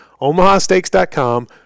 OmahaSteaks.com